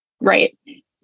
Right